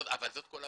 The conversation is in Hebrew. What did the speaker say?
אבל זאת כל הבעיה.